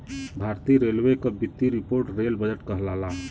भारतीय रेलवे क वित्तीय रिपोर्ट रेल बजट कहलाला